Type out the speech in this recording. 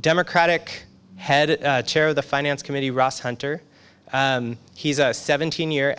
democratic head chair of the finance committee ross hunter he's a seventeen year